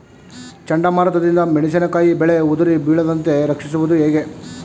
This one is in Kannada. ಚಂಡಮಾರುತ ದಿಂದ ಮೆಣಸಿನಕಾಯಿ ಬೆಳೆ ಉದುರಿ ಬೀಳದಂತೆ ರಕ್ಷಿಸುವುದು ಹೇಗೆ?